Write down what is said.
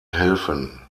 helfen